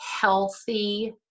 healthy